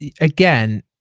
again